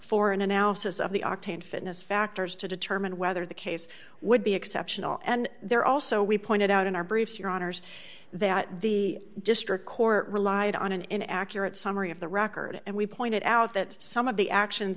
for an analysis of the octane fitness factors to determine whether the case would be exceptional and there also we pointed out in our briefs your honour's that the district court relied on an accurate summary of the record and we pointed out that some of the actions